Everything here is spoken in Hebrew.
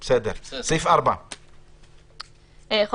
סעיף 4. "תוקף4.